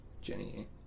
Jenny